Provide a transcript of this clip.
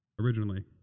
Originally